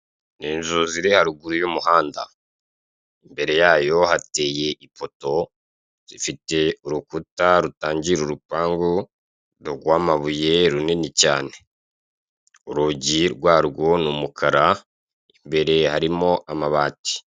Ni inzu ziri haruguru y'umuhanda, imbere yayo hateye ipoto zifite urukuta rutangira urupangu rw'amabuye runini cyane. Urugi rwarwo ni umukara imbere harimo amabati.